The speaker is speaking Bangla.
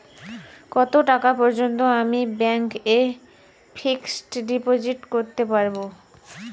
কত টাকা পর্যন্ত আমি ব্যাংক এ ফিক্সড ডিপোজিট করতে পারবো?